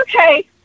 okay